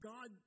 God